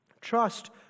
Trust